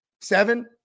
Seven